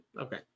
Okay